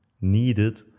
needed